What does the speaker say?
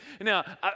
Now